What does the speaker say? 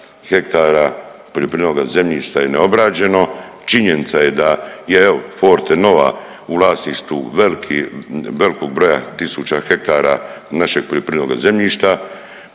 hektara poljoprivrednoga zemljišta je neobrađeno, činjenica je da je evo Fortenova u vlasništvu veliki, velikog broja tisuća hektara našeg poljoprivrednoga zemljišta,